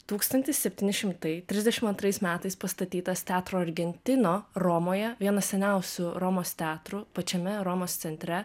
tūkstantis septyni šimtai trisdešim antrais metais pastatytas teatro argentino romoje vienas seniausių romos teatrų pačiame romos centre